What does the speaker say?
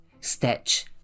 Stitch